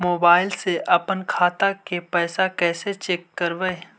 Mobile से अपन खाता के पैसा कैसे चेक करबई?